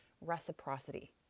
reciprocity